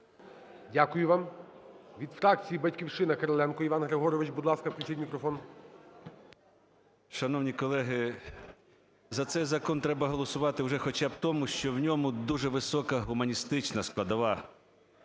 Дякую вам. Від фракція "Батьківщина" Кириленко Іван Григорович, будь ласка, включіть мікрофон. 17:47:27 КИРИЛЕНКО І.Г. Шановні колеги, за цей закон треба голосувати вже хоча б тому, що в ньому дуже висока гуманістична складова.